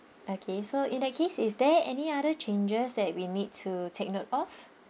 okay so in that case is there any other changes that we need to take note of